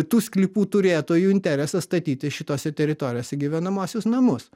tų sklypų turėtojų interesą statyti šitose teritorijose gyvenamuosius namus